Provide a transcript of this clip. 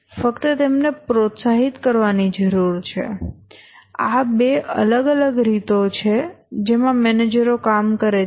ફક્ત તેમને પ્રોત્સાહિત કરવાની જરૂર છે આ બે અલગ અલગ રીતો છે જેમાં મેનેજરો કામ કરે છે